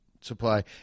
Supply